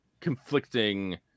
conflicting